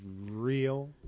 real